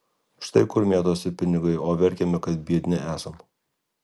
štai kur mėtosi pinigai o verkiame kad biedni esam